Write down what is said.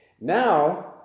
Now